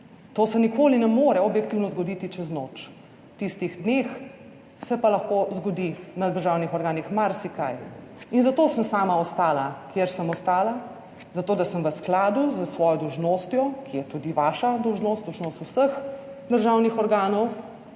To se nikoli ne more objektivno zgoditi čez noč. V tistih dneh se pa lahko zgodi na državnih organih marsikaj. In zato sem sama ostala, kjer sem ostala, zato da sem v skladu s svojo dolžnostjo, ki je tudi vaša dolžnost, dolžnost vseh državnih organov